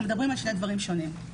אנחנו מדברים על שני דברים שונים.